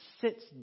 sits